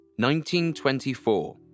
1924